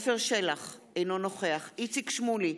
עפר שלח, אינו נוכח איציק שמולי,